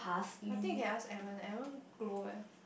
I think you can ask Aaron Aaron grow eh